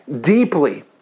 deeply